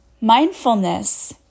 Mindfulness